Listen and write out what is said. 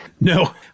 no